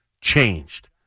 changed